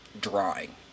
drawing